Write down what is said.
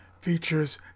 features